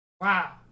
Wow